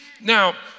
Now